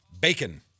bacon